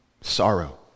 sorrow